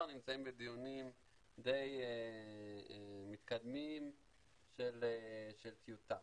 נמצאים בדיונים די מתקדמים של טיוטה.